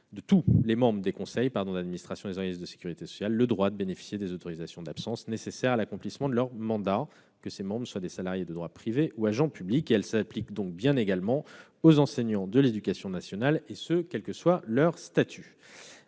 de tous les membres des conseils d'administration des organismes de sécurité sociale le droit de bénéficier des autorisations d'absence nécessaires à l'accomplissement de leur mandat, que ces membres soient des salariés de droit privé ou des agents publics ». L'application aux enseignants de l'éducation nationale, indépendamment de leur statut,